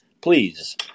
please